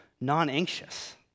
non-anxious